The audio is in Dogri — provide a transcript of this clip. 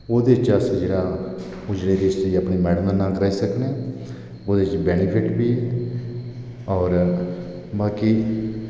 ते ओह्दे च जेह्ड़ा ओह् अस रजिस्टरी जेह्ड़ी अपनी वाईफ दे नाम कराई सकने आं ओह्दे च बेनीफिट बी होर बाकी